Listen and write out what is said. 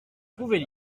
pouvait